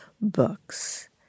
books